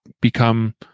become